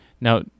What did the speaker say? Now